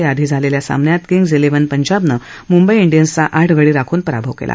याआधी झालेल्या सामन्यात किग्ज इलेव्हन पंजाबनं मुंबई इंडियन्सचा आठ गडी राखून पराभव केला